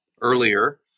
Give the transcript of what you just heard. earlier